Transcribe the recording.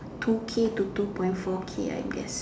two K to two point four K I guess